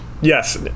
Yes